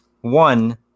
one